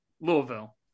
Louisville